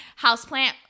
houseplant